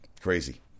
Crazy